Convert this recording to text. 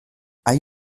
hay